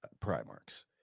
primarchs